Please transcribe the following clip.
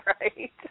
right